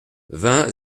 vingt